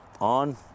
on